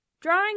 Drawing